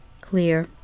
clear